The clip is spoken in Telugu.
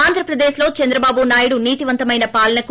ఆంధ్రప్రదేశ్లో చంద్రబాబు నాయుడు నీతివంతమైన పాలనకు